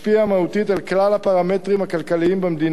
מהותית על כלל הפרמטרים הכלכליים במדינה.